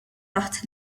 taħt